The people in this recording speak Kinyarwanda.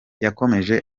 yakomeje